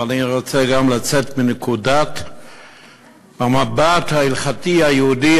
אבל אני רוצה גם לצאת מנקודת המבט ההלכתי היהודי